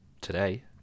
Today